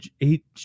eight